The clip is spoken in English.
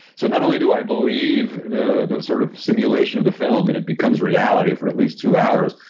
so not only do i believe the the sort of simulations of the film and it becomes reality for at least two hours,